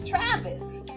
Travis